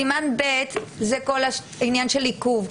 סימן ב זה עניין של עיכוב,